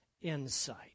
insight